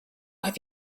have